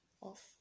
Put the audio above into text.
off